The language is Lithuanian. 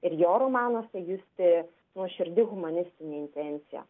ir jo romanuose justi nuoširdi humanistinė intencija